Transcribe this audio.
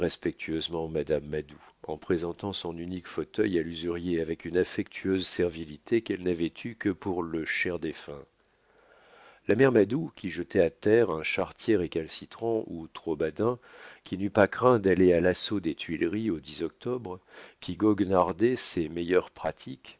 respectueusement madame madou en présentant son unique fauteuil à l'usurier avec une affectueuse servilité qu'elle n'avait eue que pour le cher défunt la mère madou qui jetait à terre un charretier récalcitrant ou trop badin qui n'eût pas craint d'aller à l'assaut des tuileries au dix octobre qui goguenardait ses meilleures pratiques